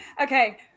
Okay